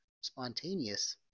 spontaneous